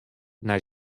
nei